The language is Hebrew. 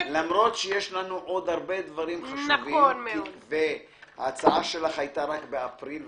למרות שיש לנו עוד הרבה דברים חשובים - ההצעה שלך הייתה רק באפריל,